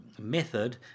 method